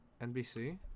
NBC